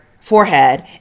forehead